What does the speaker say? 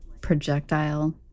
projectile